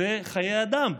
זה חיי אדם.